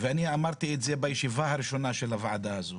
ואני אמרתי את זה בישיבה הראשונה של הוועדה הזו